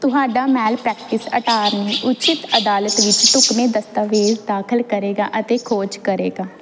ਤੁਹਾਡਾ malpractice attorney ਉਚਿਤ ਅਦਾਲਤ ਵਿੱਚ ਢੁਕਵੇਂ ਦਸਤਾਵੇਜ਼ ਦਾਖਲ ਕਰੇਗਾ ਅਤੇ ਖੋਜ ਕਰੇਗਾ